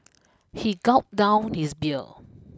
he gulped down his beer